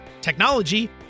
technology